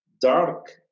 dark